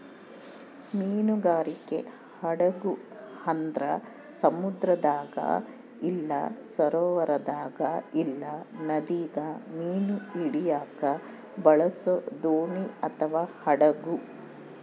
ಮೀನುಗಾರಿಕೆ ಹಡಗು ಅಂದ್ರ ಸಮುದ್ರದಾಗ ಇಲ್ಲ ಸರೋವರದಾಗ ಇಲ್ಲ ನದಿಗ ಮೀನು ಹಿಡಿಯಕ ಬಳಸೊ ದೋಣಿ ಅಥವಾ ಹಡಗು